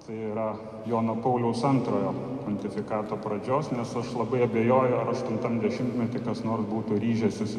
tai yra jono pauliaus antrojo pontifikato pradžios nes aš labai abejoju ar aštuntam dešimtmety kas nors būtų ryžęsis